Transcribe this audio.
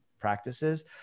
practices